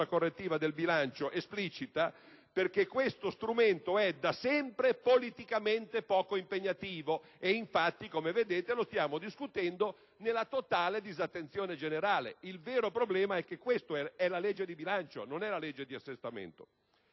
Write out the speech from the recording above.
correttiva del bilancio esplicita perché questo strumento è da sempre politicamente poco impegnativo ed infatti, come vedete, lo stiamo discutendo nella totale disattenzione generale. Il vero problema è che questa è la legge di bilancio e non di assestamento.